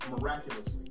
miraculously